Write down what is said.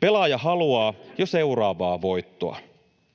Pelaaja haluaa jo seuraavaa voittoa.